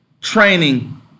training